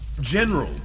General